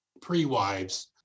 pre-wives